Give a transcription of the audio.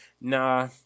nah